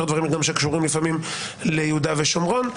דברים שקשורים לפעמים ליהודה ושומרון.